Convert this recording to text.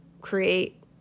create